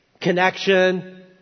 connection